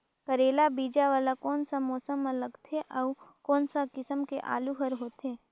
करेला बीजा वाला कोन सा मौसम म लगथे अउ कोन सा किसम के आलू हर होथे?